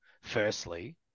firstly